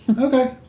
Okay